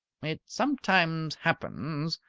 it sometimes happens,